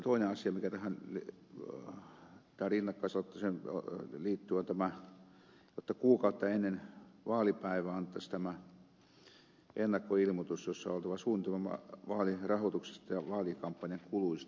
toinen asia mikä tähän rinnakkaisaloitteeseen liittyy on tämä jotta kuukautta ennen vaalipäivää annettaisiin ennakkoilmoitus jossa on oltava suunnitelma vaalirahoituksesta ja vaalikampanjan kuluista